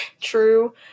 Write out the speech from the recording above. True